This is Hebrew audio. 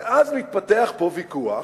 ואז מתפתח פה ויכוח,